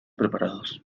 preparados